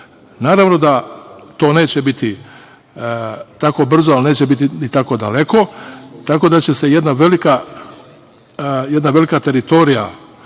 Srbiju. Naravno da to neće biti tako brzo, ali neće biti ni tako daleko, tako da će se jedna velika teritorija,